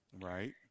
Right